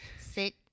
Sit